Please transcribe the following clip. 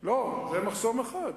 מחסום אחד.